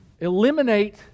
eliminate